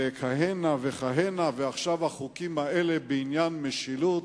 וכהנה וכהנה, ועכשיו החוקים האלה בעניין משילות: